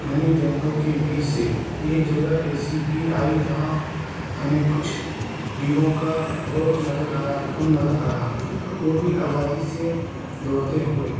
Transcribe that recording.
گھنی جنگلوں کے بیچ سے ایک جگہ ایسی بھی آئی جہاں ہمیں کچھ ڈیروں کا جھڑ نظر آیا جھنڈ نظر آیا وہ بھی آزادی سے دوڑتے ہوئے